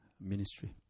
ministry